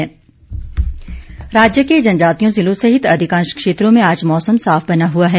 मौसम राज्य के जनजातीय जिलों सहित अधिकांश क्षेत्रों में आज मौसम साफ बना हुआ है